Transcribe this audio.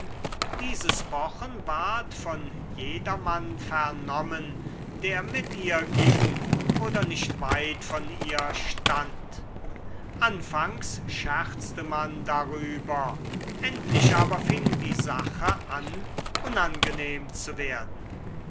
dieses pochen ward von jedermann vernommen der mit ihr ging oder nicht weit von ihr stand anfangs scherzte man darüber endlich aber fing die sache an unangenehm zu werden